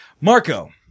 Marco